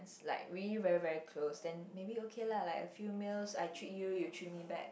like really very very close then maybe okay lah like a few meals I treat you you treat me back